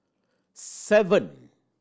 seven